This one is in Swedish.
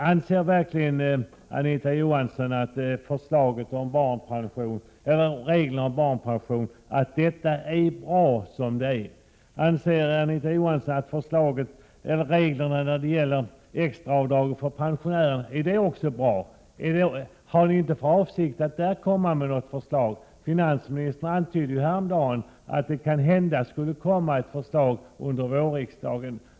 Anser verkligen Anita Johansson att reglerna om barnpension är bra som de är? Anser Anita Johansson att reglerna om extra avdrag för pensionärerna också är bra? Har ni inte för avsikt att där komma med något förslag? Finansministern antydde ju häromdagen att det möjligen kommer ett förslag under vårriksdagen.